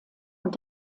und